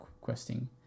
questing